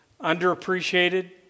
underappreciated